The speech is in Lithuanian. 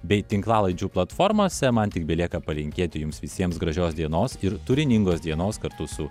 bei tinklalaidžių platformose man tik belieka palinkėti jums visiems gražios dienos ir turiningos dienos kartu su